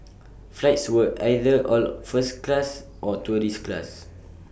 flights were either all first class or tourist class